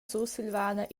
sursilvana